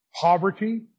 poverty